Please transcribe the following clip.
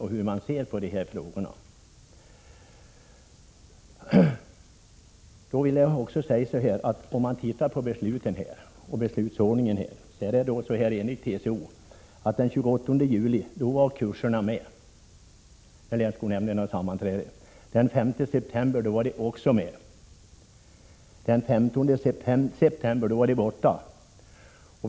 Låt mig redogöra något för hur beslutsgången i ärendet har varit enligt de uppgifter som lämnats av TCO. Vid länsskolnämndens sammanträde den 28 juli var kurserna medtagna bland de utbildningar som skulle genomföras, likaså vid sammanträdet den 5 september. Men vid ett sammanträde som hölls den 15 september hade kurserna inte tagits med.